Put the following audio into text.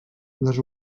les